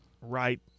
Right